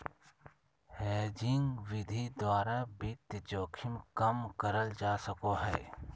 hedging विधि द्वारा वित्तीय जोखिम कम करल जा सको हय